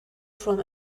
from